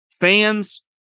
Fans